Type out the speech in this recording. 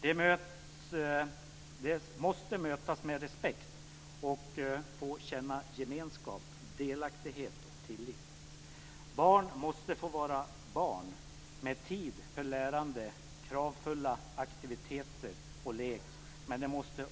De måste mötas med respekt och få känna gemenskap, delaktighet och tillit. Barn måste få vara barn med tid för lärande, kravfulla aktiviteter och lek, men de måste